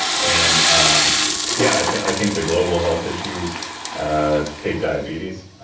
and um yeah i think the global health issues ah take diabetes,